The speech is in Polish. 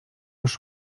już